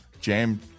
Jam